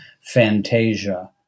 fantasia